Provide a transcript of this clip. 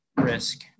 risk